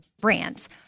brands